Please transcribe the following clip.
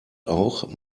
auch